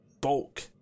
bulk